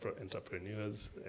entrepreneurs